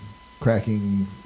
cracking